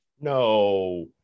No